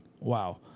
wow